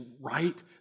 right